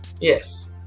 yes